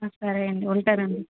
సరే అండి ఉంటానండి